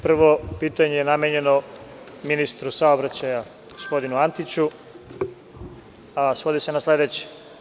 Prvo pitanje je namenjeno ministru saobraćaja, gospodinu Antiću, a svodi se na sledeće.